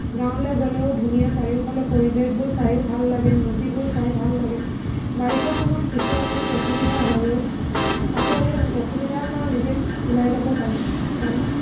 গাঁৱলৈ গ'লেও ধুনীয়া চাৰিওফালৰ পৰিৱেশবোৰ চায়ো ভাল লাগে নদীবোৰ চাই ভাল লাগে বাৰিষা সময়ত কিছু অকণমান অসুবিধা হ'লেও আকৌ সেই অসুবিধাৰ পৰা নিজে ওলাই যাবও পাৰি